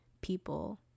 people